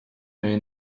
may